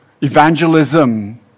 evangelism